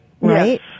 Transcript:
right